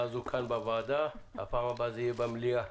הזאת כאן בוועדה ובפעם הבאה זה יהיה במליאה.